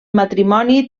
matrimoni